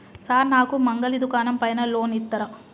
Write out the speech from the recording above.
Sir నాకు మంగలి దుకాణం పైన లోన్ ఇత్తరా?